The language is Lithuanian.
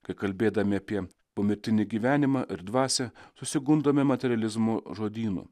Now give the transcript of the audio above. kai kalbėdami apie pomirtinį gyvenimą ir dvasią susigundome materializmo žodynu